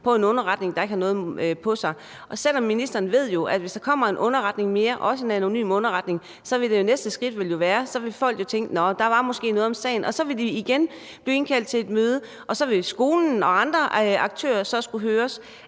af en underretning, der ikke har noget på sig. Ministeren ved jo, at hvis der kommer en underretning mere – også en anonym underretning – så vil det næste skridt jo være, at folk vil tænke, at der måske var noget om sagen, og så vil forældrene igen blive indkaldt til et møde, og så vil skolen og andre aktører så skulle høres.